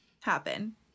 happen